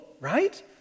right